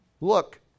Look